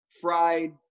fried